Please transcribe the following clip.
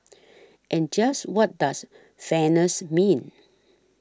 and just what does fairness mean